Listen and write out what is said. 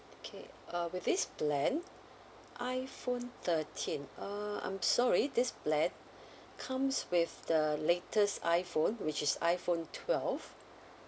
okay uh with this plan iphone thirteen uh I'm sorry this plan comes with the latest iphone which is iphone twelve